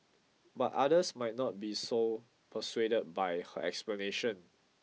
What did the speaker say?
but others might not be so persuaded by her explanation